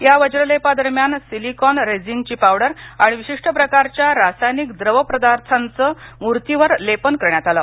या वज्रलेपा दरम्यान सिलिकॉन रेझिंगची पावडर आणि विशिष्ट प्रकारच्या रासायनिक द्रव पदार्थाचं मूर्तीवर लेपन करण्यात आलं